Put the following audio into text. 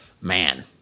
man